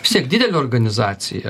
vis tiek didelė organizacija